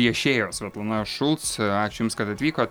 viešėjo svetlana šulc ačiū jums labai kad atvykot